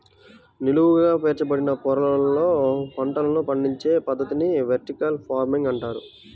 నిలువుగా పేర్చబడిన పొరలలో పంటలను పండించే పద్ధతిని వెర్టికల్ ఫార్మింగ్ అంటారు